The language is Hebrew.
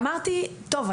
אמרתי: "טוב,